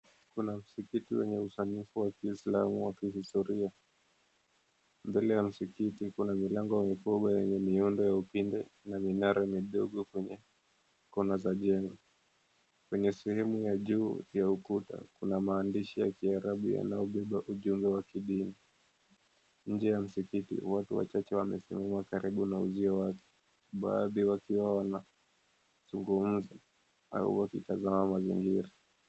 Kuna msikiti wenye usanifu wa kiislamu wa kihistoria. Mbele ya msikiti kuna milango mikubwa yenye miundo ya upinde na minara midogo kwenye kona za jengo. Kwenye sehemu ya juu ya ukuta kuna maandishi ya kiarabu yanayobeba ujumbe wa kidini. Nje ya msikiti watu wachache wamesimama karibu na uzio wake, baadhi wakiwa wanazungumza au wakitazama mazingira.